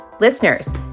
Listeners